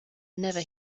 never